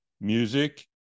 music